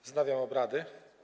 Wznawiam obrady.